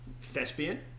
thespian